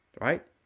right